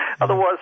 Otherwise